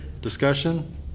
Discussion